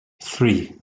three